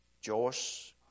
Joyce